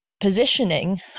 Positioning